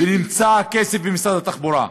והכסף נמצא במשרד התחבורה,